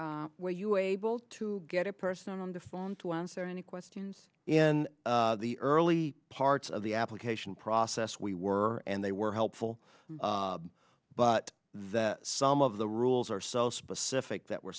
where you able to get a person on the phone to answer any questions in the early parts of the application process we were and they were helpful but that some of the rules are so specific that were